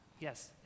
Yes